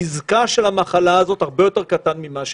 נזקה של מחלה הזאת הרבה יותר קטן ממה שנדמה.